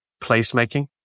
placemaking